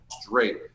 straight